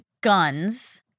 guns